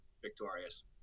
victorious